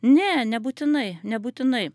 ne nebūtinai nebūtinai